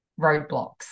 roadblocks